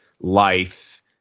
life